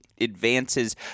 advances